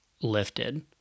lifted